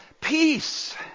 peace